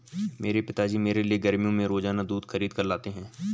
मेरे पिताजी मेरे लिए गर्मियों में रोजाना दूध खरीद कर लाते हैं